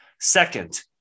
Second